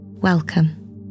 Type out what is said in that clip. Welcome